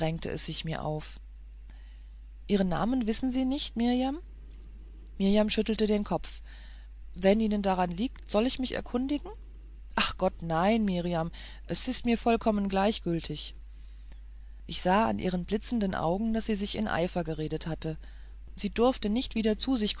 es sich mir auf ihren namen wissen sie nicht mirjam mirjam schüttelte den kopf wenn ihnen daran liegt soll ich mich erkundigen ach gott nein mirjam es ist mir vollkommen gleichgültig ich sah an ihren blitzenden augen daß sie sich in eifer geredet hatte sie durfte nicht wieder zu sich